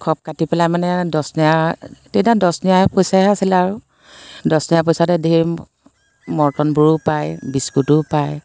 খব কাটি পেলাই মানে দহ নয়া তেতিয়া দহ নয়া পইচাহে আছিলে আৰু দহ নয়া পইচাতে ঢেৰ মৰ্টনবোৰো পায় বিস্কুটো পায়